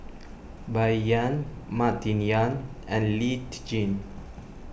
Bai Yan Martin Yan and Lee Tjin